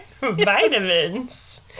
Vitamins